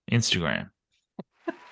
Instagram